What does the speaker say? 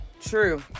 true